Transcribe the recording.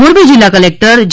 મોરબી જિલ્લા કલેક્ટર જે